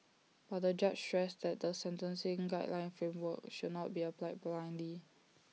but the judge stressed that the sentencing guideline framework should not be applied blindly